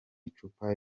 icupa